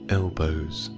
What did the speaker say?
elbows